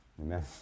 Amen